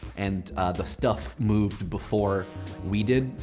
and the stuff moved before we did.